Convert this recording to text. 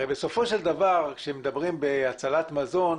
בסופו של דבר, כאשר מדברים בהצלת מזון,